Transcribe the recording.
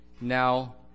Now